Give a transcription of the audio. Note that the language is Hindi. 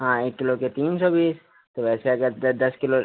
हाँ एक किलो के तीन सौ बीस तो ऐसे अगर दस दस किलो